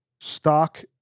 stock